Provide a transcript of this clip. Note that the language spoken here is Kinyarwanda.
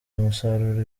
umusaruro